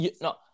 no